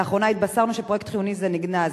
לאחרונה התבשרנו שפרויקט חיוני זה נגנז.